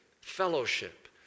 fellowship